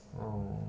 oh